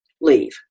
leave